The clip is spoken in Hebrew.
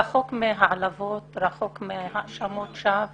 רחוק מהעלבות, רחוק מהאשמות שווא